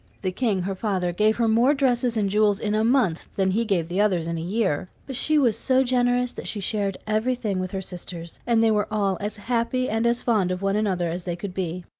the king, her father, gave her more dresses and jewels in a month than he gave the others in a year but she was so generous that she shared everything with her sisters, and they were all as happy and as fond of one another as they could be.